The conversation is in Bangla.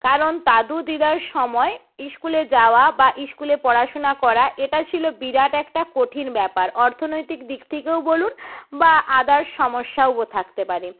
কারণ তাদু দিদার সময় স্কুলে যাওয়া বা স্কুলে পড়াশোনা করা এটা ছিলো বিরাট একটা কঠিন ব্যাপার অর্থনৈতিক দিক থেকেও বলুন বা আদার্স সমস্যাও ও থাকতে পারে